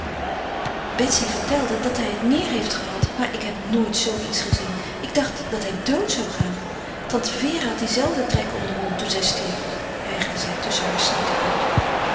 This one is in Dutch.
betsy vertelde dat hij het meer heeft gehad maar ik heb nooit zoo iets gezien ik dacht dat hij dood zou gaan tante vere had die zelfde trekken om den mond toen zij stierf hijgde zij tusschen haar snikken uit